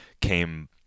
came